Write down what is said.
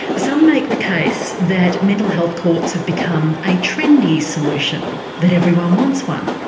some make the case that mental health courts have become a trendy solution that everyone wants one,